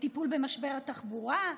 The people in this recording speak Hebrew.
בטיפול במשבר התחבורה,